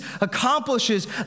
accomplishes